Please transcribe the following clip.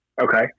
Okay